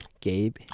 Gabe